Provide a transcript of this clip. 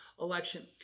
election